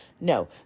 No